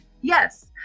yes